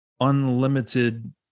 unlimited